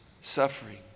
suffering